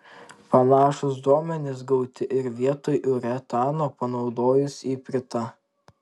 panašūs duomenys gauti ir vietoj uretano panaudojus ipritą